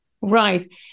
Right